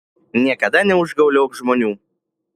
niekada neužgauliok žmonių